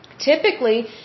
Typically